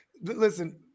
listen